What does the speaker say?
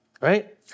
right